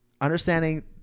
understanding